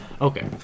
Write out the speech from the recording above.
Okay